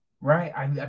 right